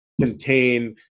contain